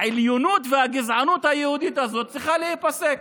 העליונות והגזענות היהודית האלה צריכות להיפסק.